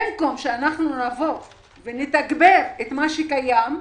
במקום שנתגבר את הקיים,